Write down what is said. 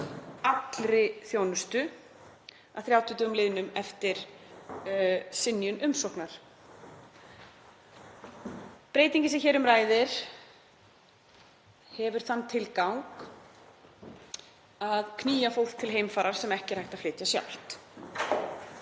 allri þjónustu að 30 dögum liðnum eftir synjun umsóknar. Breytingin sem hér um ræðir hefur þann tilgang að knýja fólk til heimfarar sem ekki er hægt að flytja sjálft.